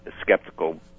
skeptical